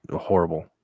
horrible